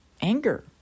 anger